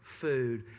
food